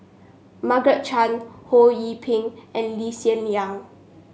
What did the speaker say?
Mmargaret Chan Ho Yee Ping and Lee Hsien Yang